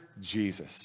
Jesus